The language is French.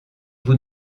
vous